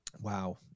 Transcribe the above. Wow